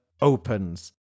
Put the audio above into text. opens